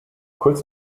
kurz